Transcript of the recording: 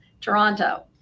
Toronto